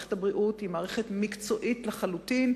מערכת הבריאות היא מערכת מקצועית לחלוטין,